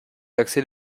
taxer